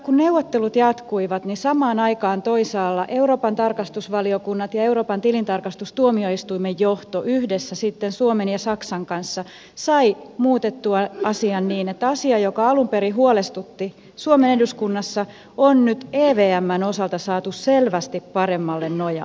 kun neuvottelut jatkuivat niin samaan aikaan toisaalla euroopan tarkastusvaliokunnat ja euroopan tilintarkastustuomioistuimen johto yhdessä sitten suomen ja saksan kanssa saivat muutettua asian niin että asia joka alun perin huolestutti suomen eduskunnassa on nyt evmn osalta saatu selvästi paremmalle nojalle